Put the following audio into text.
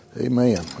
Amen